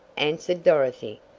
answered dorothy,